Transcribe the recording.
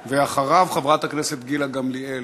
אחריו, חברת הכנסת גילה גמליאל.